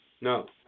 No